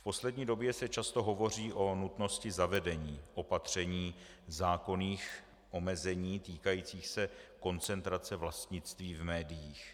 V poslední době se často hovoří o nutnosti zavedení opatření, zákonných omezení týkajících se koncentrace vlastnictví v médiích.